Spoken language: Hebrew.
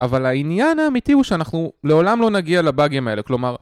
אבל העניין האמיתי הוא שאנחנו לעולם לא נגיע לבאגים האלה כלומר